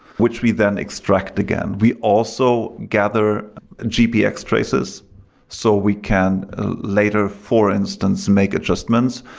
which we then extract again. we also gather gpx traces so we can later, for instance, make adjustments.